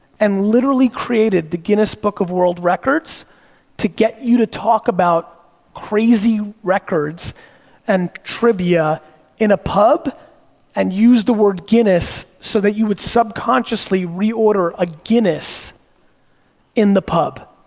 and literally created the guinness book of world records to get you to talk about crazy records and trivia in a pub and use the word guinness, so that you would subconsciously reorder a guinness in the pub.